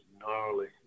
gnarly